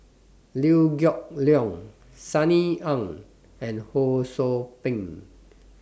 Liew Geok Leong Sunny Ang and Ho SOU Ping